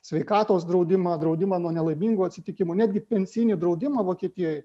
sveikatos draudimą draudimą nuo nelaimingų atsitikimų netgi pensinį draudimą vokietijoj